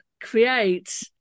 create